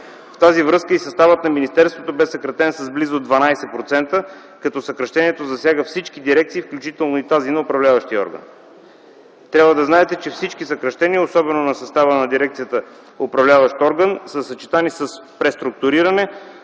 В тази връзка и съставът на министерството бе съкратен близо с 12%, като съкращението засяга всички дирекции, включително и тази на управляващия орган. Трябва да знаете, че всички съкращения, особено на състава на дирекцията „Управляващ орган”, са съчетани с преструктуриране,